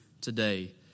today